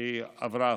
שעברה עכשיו.